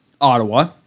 Ottawa